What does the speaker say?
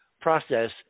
process